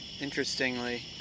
interestingly